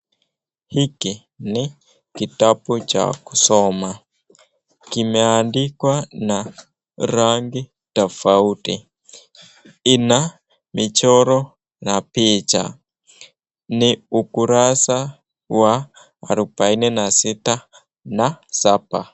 Hiki ni kitabu cha kusoma. Kimeandikwa na rangi tofauti, ina michoro na picha. Ni ukurasa wa arobaine na sita na saba.